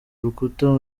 urukuta